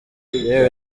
yewe